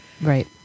Right